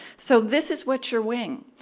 so this is what you're weighing.